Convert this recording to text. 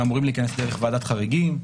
הם אמורים להיכנס דרך ועדת חריגים.